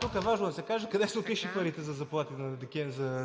тук е важно да се каже къде са отишли парите за заплати